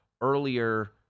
earlier